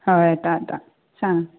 हय येता आतां सांग